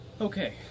Okay